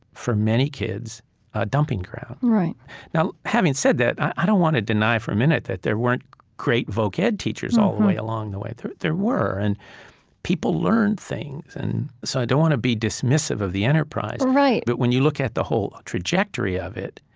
for many kids, a dumping ground right now, having said that, i don't want to deny for a minute that there weren't great voc-ed teachers all the way along the way. there there were, and people learned things. and so i don't want to be dismissive of the enterprise right but when you look at the whole trajectory of it,